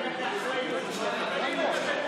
כי אני אחראי,